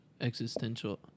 Existential